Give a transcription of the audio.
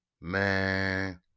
Man